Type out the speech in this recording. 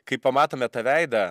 kai pamatome tą veidą